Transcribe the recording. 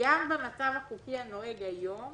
גם במצב החוקי הנוהג היום